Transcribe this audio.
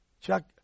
Chuck